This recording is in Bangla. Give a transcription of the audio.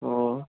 ও